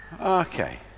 Okay